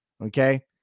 Okay